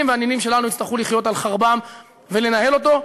והנינים שלנו יצטרכו לחיות על חרבם ולנהל אותו.